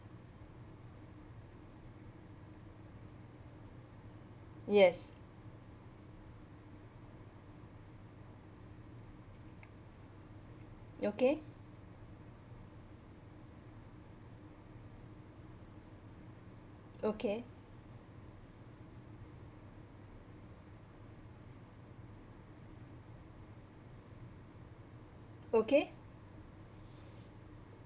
yes okay okay okay